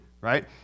Right